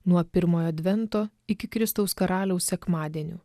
nuo pirmojo advento iki kristaus karaliaus sekmadienių